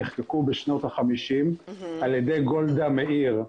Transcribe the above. נחקקו בשנות ה-50 על ידי גולדה מאיר,